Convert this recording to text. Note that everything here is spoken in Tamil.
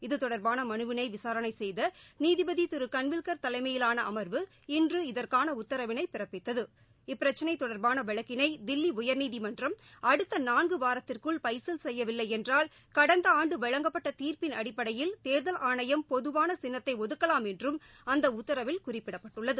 இது தொடர்பான மனுவினை விசாரணை செய்த நீதிபதி திரு கன்வில்கள் தலைமையிவாள அமா்வு இன்று இதற்கான உத்தரவினை பிறப்பித்தது இப்பிரச்சினை தொடர்பான வழக்கினை தில்லி உயர்நீதிமன்றம் அடுத்த நான்கு வாரத்திற்குள் பைசல் செய்யவில்லை என்றால் கடந்த ஆண்டு வழங்கப்பட்ட தீர்ப்பின் அடிப்படையில் தேர்தல் ஆணையம் பொதுவான சின்னத்தை ஒதுக்கலாம் என்றும் அந்த உத்தரவில் குறிப்பிடப்பட்டுள்ளது